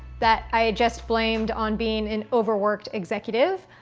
that i just blamed on being an overworked executive.